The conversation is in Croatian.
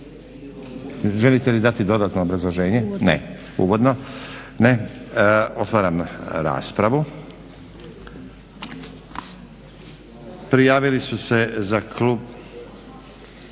predlagateljica dati dodatno obrazloženje? Ne. Uvodno. Otvaram raspravu. Prijavili su se za klub,